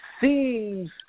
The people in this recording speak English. seems